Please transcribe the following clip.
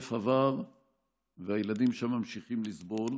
חורף עבר והילדים שם ממשיכים לסבול.